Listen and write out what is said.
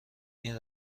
این